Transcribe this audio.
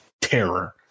terror